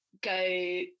go